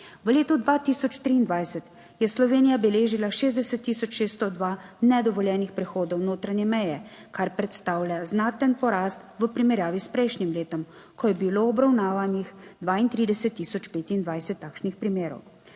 V letu 2023 je Slovenija beležila 60 tisoč 602 nedovoljenih prehodov notranje meje, kar predstavlja znaten porast v primerjavi s prejšnjim letom, ko je bilo obravnavanih 32 tisoč 25 takšnih primerov.